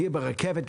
הגיעה ברכבת,